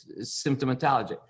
symptomatology